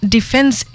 Defence